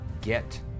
get